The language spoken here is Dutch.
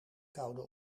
koude